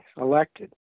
elected